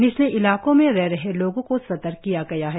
निचले इलाकों में रह रहे लोगों को सतर्क किया गया है